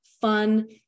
fun